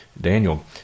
Daniel